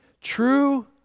true